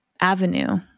avenue